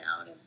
out